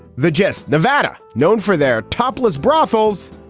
the jests. nevada known for their topless brothels,